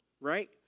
right